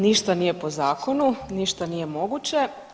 Ništa nije po zakonu, ništa nije moguće.